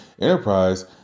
enterprise